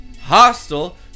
hostile